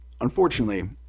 Unfortunately